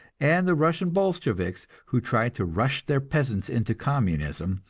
and the russian bolsheviks, who tried to rush their peasants into communism,